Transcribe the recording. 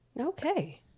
Okay